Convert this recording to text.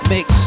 Mix